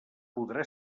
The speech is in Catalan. podrà